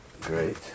Great